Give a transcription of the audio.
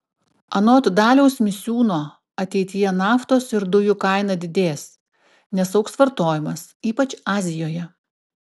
anot daliaus misiūno ateityje naftos ir dujų kaina didės nes augs vartojimas ypač azijoje